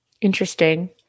Interesting